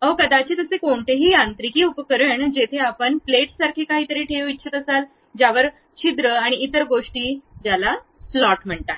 अहो कदाचित असे कोणतेही यांत्रिकी उपकरण जेथे आपण प्लेट्ससारखे काहीतरी ठेवू इच्छित असाल ज्यावर छिद्र आणि इतर गोष्टी ज्याला स्लॉट म्हणतात